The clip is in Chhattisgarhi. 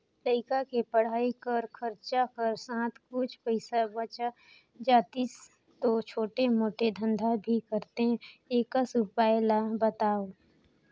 लइका के पढ़ाई कर खरचा कर साथ कुछ पईसा बाच जातिस तो छोटे मोटे धंधा भी करते एकस उपाय ला बताव?